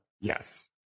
Yes